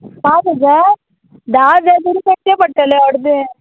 पांच हजार धा हजार तरी करचें पडटलें अर्दें